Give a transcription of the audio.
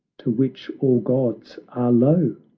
to which all gods are low?